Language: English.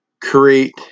create